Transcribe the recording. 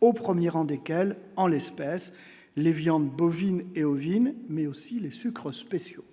au 1er rang desquels, en l'espèce les viandes bovines et ovines, mais aussi les sucres spéciaux.